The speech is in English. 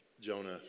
Jonah